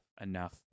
enough